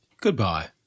Goodbye